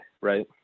right